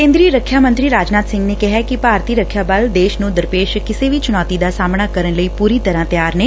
ਕੇਂਦਰੀ ਰੱਖਿਆ ਮੰਤਰੀ ਰਾਜਨਾਥ ਸਿੰਘ ਨੇ ਕਿਹੈ ਕਿ ਭਾਰਤੀ ਰੱਖਿਆ ਬਲ ਦੇਸ਼ ਨੂੰ ਦਰਪੇਸ਼ ਕਿਸੇ ਵੀ ਚੁਣੌਤੀ ਦਾ ਸਾਹਮਣਾ ਕਰਨ ਲਈ ਪੁਰੀ ਤਰ੍ਹਾਂ ਤਿਆਰ ਨੇ